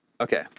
Okay